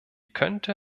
könnte